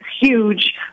huge